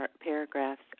paragraphs